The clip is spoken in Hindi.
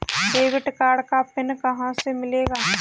डेबिट कार्ड का पिन कहां से मिलेगा?